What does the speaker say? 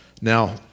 Now